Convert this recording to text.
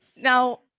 now